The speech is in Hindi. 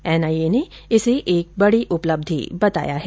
एनआईए ने इसे एक बड़ी उपलब्धि बताया है